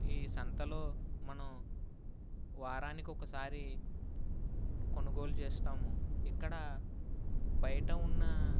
ఈ సంతలో మనం వారానికి ఒకసారి కొనుగోలు చేస్తాము ఇక్కడ బయట ఉన్న